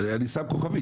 אני שם כוכבית,